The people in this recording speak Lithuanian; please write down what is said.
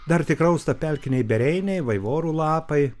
dar tik rausta pelkiniai bereiniai vaivorų lapai